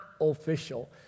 official